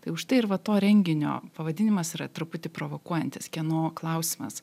tai užtai ir va to renginio pavadinimas yra truputį provokuojantis kieno klausimas